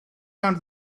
found